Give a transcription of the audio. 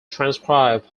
transcribed